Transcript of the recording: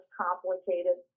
complicated